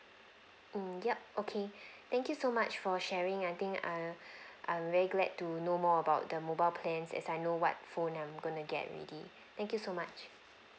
mm yup okay thank you so much for sharing I think err I'm very glad to know more about the mobile plans as I know what phone I'm gonna get already thank you so much